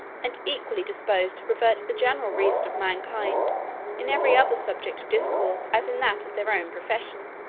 and equally disposed to pervert the general reason of mankind in every other subject of discourse as in that of their own profession.